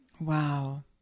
Wow